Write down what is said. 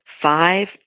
five